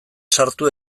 sartu